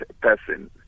person